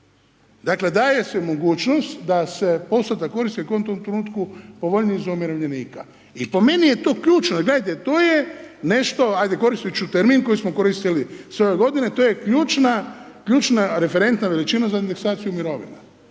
koristi u .../Govornik se ne razumije./... trenutku povoljniji za umirovljenika. I po meni je to ključno, jer gledajte, to je nešto, ajde koristit ću termin koji smo koristili sve ove godine, to je ključna, ključna referentna veličina za indeksaciju mirovina.